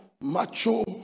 macho